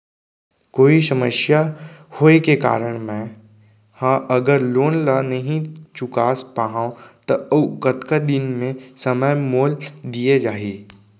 कोई समस्या होये के कारण मैं हा अगर लोन ला नही चुका पाहव त अऊ कतका दिन में समय मोल दीये जाही?